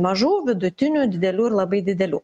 mažų vidutinių didelių ir labai didelių